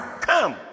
come